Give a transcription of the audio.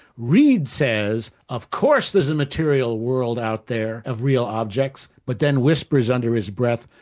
reid says, of course there's a material world out there, of real objects', but then whispers under his breath,